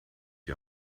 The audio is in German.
die